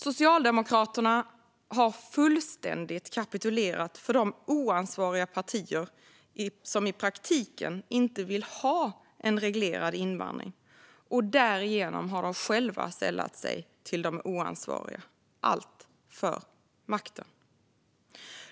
Socialdemokraterna har fullständigt kapitulerat för de oansvariga partier som i praktiken inte vill ha en reglerad invandring, och därigenom har de själva sällat sig till de oansvariga - allt för makten.